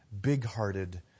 big-hearted